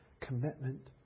commitment